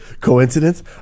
Coincidence